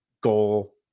goal